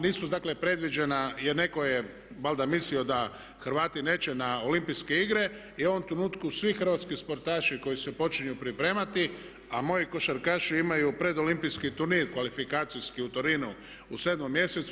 Nisu dakle predviđena, jer netko je valjda mislio da Hrvati neće na Olimpijske igre i u ovom trenutku svi hrvatski sportaši koji se počinju pripremati, a moji košarkaši imaju pred olimpijski turnir kvalifikacijski u Torinu u 7 mjesecu.